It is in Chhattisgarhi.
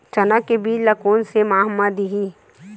चना के बीज ल कोन से माह म दीही?